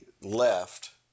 left